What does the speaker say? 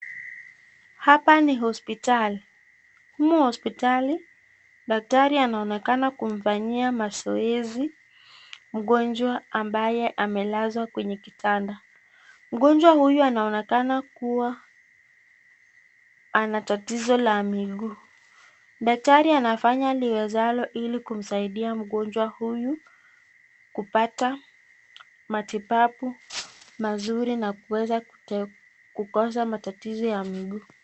Hapa ni hosipitali. Humu hosipitali, daktari anaonekana kumfanyia mazoezi mgonjwa ambaye amelazwa kwenye kitanda. Mgonjwa huyu anaonekana kua ana tatizo la miguu. Daktari anafanya liwezalo ili kumsaidia mgonjwa huyu kupata matibabu mazuri na kuweza kukosa matatizo ya miguu.